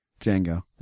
Django